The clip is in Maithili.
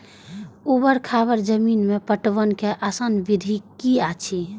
ऊवर खावर जमीन में पटवनक आसान विधि की अछि?